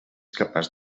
capaç